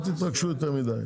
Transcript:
אל תתרגשו יותר מדי.